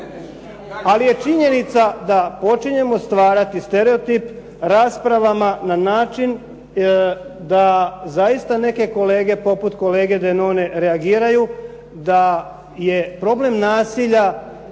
ali je činjenica da počinjemo stvarati stereotip raspravama na način da zaista neke kolege poput kolege Denone reagiraju da je problem nasilja